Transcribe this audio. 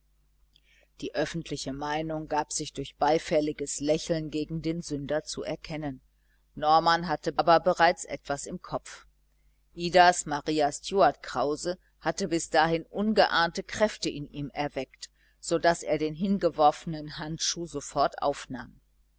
die öffentliche meinung gab sich durch beifälliges lächeln gegen den sünder zu erkennen norman hatte aber bereits etwas im kopf idas maria stuart krause hatte bis dahin ungeahnte kräfte in ihm erweckt so daß er den hingeworfenen handschuh sofort aufnahm